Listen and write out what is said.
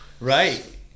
right